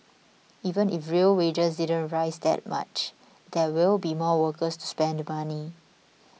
even if real wages you don't rise that much there will be more workers to spend money